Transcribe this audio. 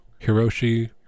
Hiroshi